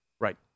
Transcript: Right